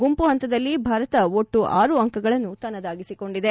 ಗುಂಪು ಹಂತದಲ್ಲಿ ಭಾರತ ಒಟ್ಟು ಆರು ಅಂಕಗಳನ್ನು ತನ್ನದಾಗಿಸಿಕೊಂಡಿದೆ